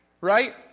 right